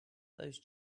those